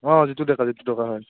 অঁ জিতু ডেকা জিতু টকা হয়